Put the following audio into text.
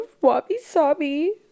wabi-sabi